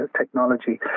technology